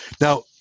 now